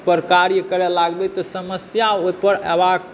पर कार्य करय लागबै तऽ समस्या ओहिपर एबाक